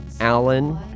Alan